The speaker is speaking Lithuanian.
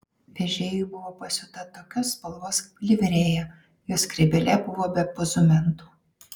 vežėjui buvo pasiūta tokios pat spalvos livrėja jo skrybėlė buvo be pozumentų